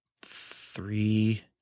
three